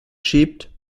schiebt